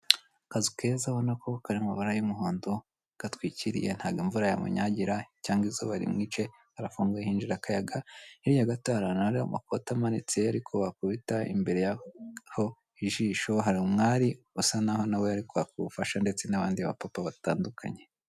Akazu keza nako kari mu mabara y'umuhondo gatwikiriye, ntago imvura yamunyagira cyangwa izuba rimwice harafunguye hinjira akayaga hirya gato hari ahantu hari amapata amanitse ari kubaka urukuta imbere yaho ijisho hari umwari usa nkaho nawe ari kwaka ubufasha ndetse n'abandi bapapa batandukanye.